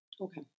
Okay